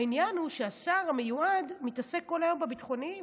העניין הוא שהשר המיועד מתעסק כל היום בביטחוניים,